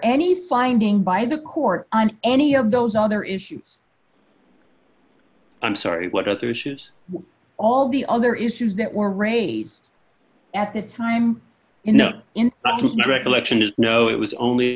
any finding by the court and any of those other issues i'm sorry what other issues all the other issues that were raised at the time you know in but has no recollection is no it was only